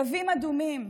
קווים אדומים.